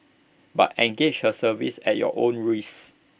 but engage her services at your own risk